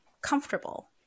comfortable